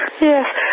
Yes